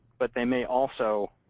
but they may also